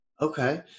okay